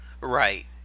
Right